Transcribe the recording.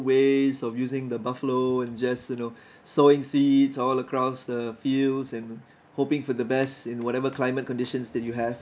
ways of using the buffalo and just you know sowing seeds all across the fields and hoping for the best in whatever climate conditions that you have